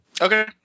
Okay